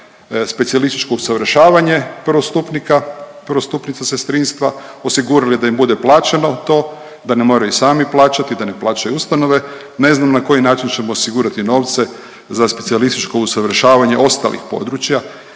specijalističko usavršavanje prvostupnika, prvostupnica sestrinstva, osigurali da im bude plaćeno to da ne moraju sami plaćati, da ne plaćaju ustanove. Ne znam na koji način ćemo osigurati novce za specijalističko usavršavanje ostalih područja